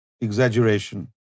exaggeration